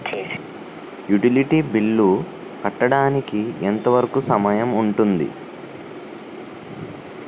Utility bill కట్టడానికి ఎంత వరుకు సమయం ఉంటుంది?